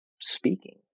speaking